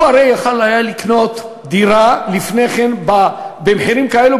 הוא הרי יכול היה לקנות דירה לפני כן במחירים כאלו,